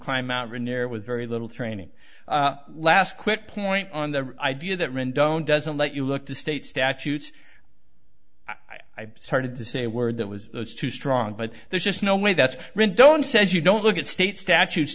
climb mt rainier with very little training last quick point on the idea that men don't doesn't let you look the state statutes i started to say a word that was too strong but there's just no way that's really don't says you don't look at state statutes